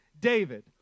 David